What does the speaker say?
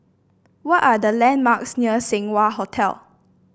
what are the landmarks near Seng Wah Hotel